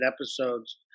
episodes